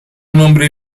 nombre